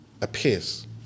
appears